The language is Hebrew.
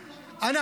עכשיו.